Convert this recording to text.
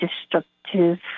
destructive